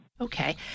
Okay